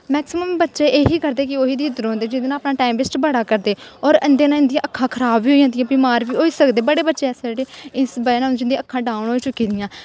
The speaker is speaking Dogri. मैकसिमम बच्चे एही करदे कि ओही दिखदे रौंह्दे कि जेह्दे नै टाईम बेस्ट बड़ा करदे और इंदै नै इंदियां अक्खा खराब बी होई जंदियां और बमार बी होई सकदे बड़े बच्चे जेह्ड़े इस बज़ा नै अक्खां डोन होई चुकीदियां और